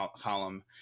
column